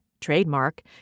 trademark